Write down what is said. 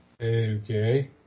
Okay